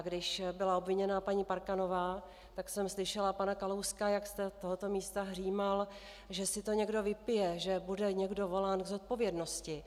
A když byla obviněna paní Parkanová, tak jsem slyšela pana Kalouska, jak z tohoto místa hřímal, že si to někde vypije, že bude někdo volán k zodpovědnosti.